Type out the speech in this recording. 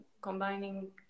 combining